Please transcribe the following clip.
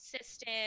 assistant